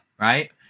Right